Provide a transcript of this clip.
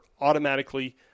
automatically